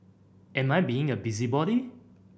am I being a busybody